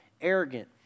arrogant